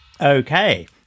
Okay